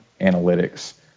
analytics